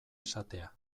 esatea